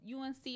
UNC